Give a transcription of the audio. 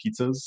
pizzas